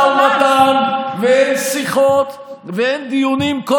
שאין משא ומתן ואין שיחות ואין דיונים כל